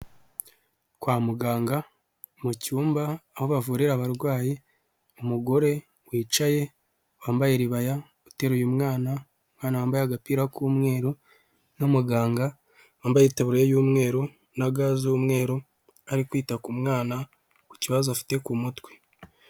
Kwa muganga mu cyumba aho bavura abarwayi, umugore wicaye wambaye iribaya uteru uyu mwana, umwana wambaye agapira k'umweru n'umuganga wambaye itaburiya y'umweru na ga z'umweru ari kwita ku mwana ku kibazo afite ku mutwe.